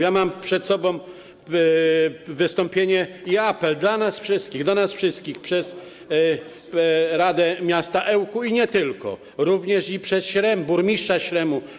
Ja mam przed sobą wystąpienie i apel dla nas wszystkich, do nas wszystkich, skierowany przez Radę Miasta Ełku i nie tylko, również i przez Śrem, burmistrza Śremu.